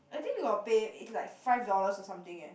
I think we got pay it's like five dollar or something eh